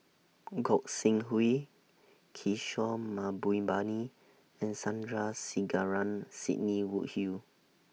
Gog Sing Hooi Kishore Mahbubani and Sandrasegaran Sidney Woodhull